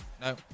No